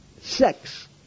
Sex